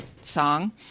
song